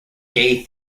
gay